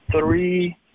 three